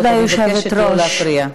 אני מבקשת לא להפריע.